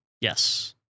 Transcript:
Yes